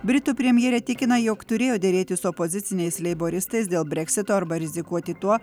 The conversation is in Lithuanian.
britų premjerė tikina jog turėjo derėtis su opoziciniais leiboristais dėl breksito arba rizikuoti tuo